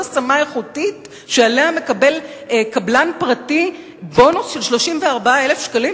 זאת השמה איכותית שעליה קבלן פרטי מקבל בונוס של 34,000 שקלים?